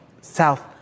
South